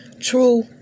true